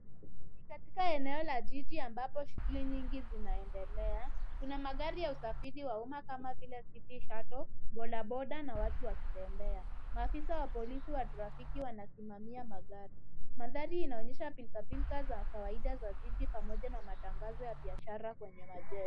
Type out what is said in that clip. Katika eneo la jiji ambapo shughuli nyingi zinaendelea, kuna magari ya usafiri wa umma kama vile city shuttle , bodaboda na watu wakitembea. Maafisa wa polisi wa trafiki wanasimamia magari. Mandhari inaonyesha pilkapilka za kawaida za jiji pamoja na matangazo ya biashara kwenye majengo.